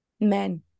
men